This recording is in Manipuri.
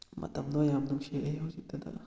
ꯃꯇꯝꯗꯣ ꯌꯥꯝ ꯅꯨꯡꯁꯤꯔꯛꯑꯦ ꯍꯧꯖꯤꯛꯇꯗ